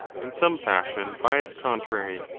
in some fashion by its contrary.